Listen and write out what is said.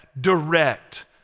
direct